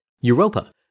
Europa